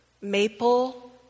maple